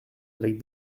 avec